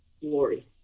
glory